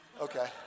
Okay